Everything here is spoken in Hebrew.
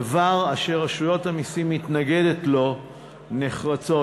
דבר שרשות המסים מתנגדת לו נחרצות.